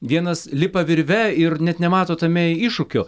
vienas lipa virve ir net nemato tame iššūkio